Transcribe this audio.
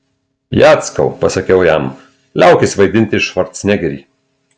jackau pasakiau jam liaukis vaidinti švarcnegerį